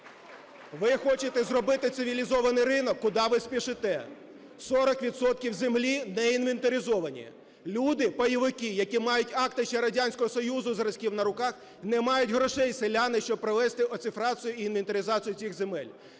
Ви хочете зробити цивілізований ринок, куди ви спішите? 40 відсотків землі не інвентаризовані. Люди, пайовики, які мають акти ще Радянського Союзу зразків на руках, не мають грошей, селяни, щоб привести оцифрацію і інвентаризацію цих земель.